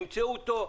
אם ימצאו אותו,